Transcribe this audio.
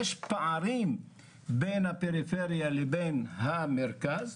יש פערים בין הפריפריה לבין המרכז.